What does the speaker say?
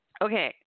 Okay